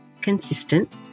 consistent